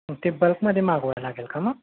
ते बल्कमध्ये मागवावं लागेल का मग